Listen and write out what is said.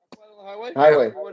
highway